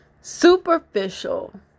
Superficial